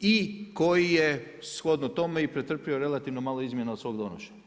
i koji je shodno tome i pretrpio relativno malo izmjena od svog donošenja.